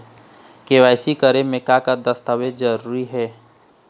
KYC करे म का का दस्तावेज जरूरी हे?